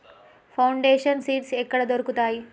Foundation seeds ఎక్కడ దొరుకుతాయి?